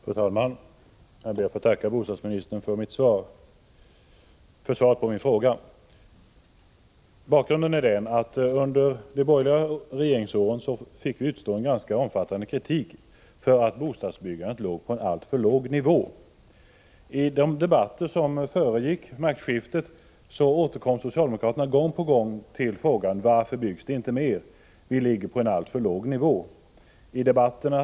Fru talman! Jag ber att få tacka bostadsministern för svaret på min fråga. Bakgrunden är att vi under de borgerliga regeringsåren fick utstå en ganska omfattande kritik för att bostadsbyggandet låg på en alltför låg nivå. I de debatter som föregick maktskiftet återkom socialdemokraterna gång på gång till frågan: Varför byggs det inte mer? Vi ligger på en alltför låg nivå, menade socialdemokraterna.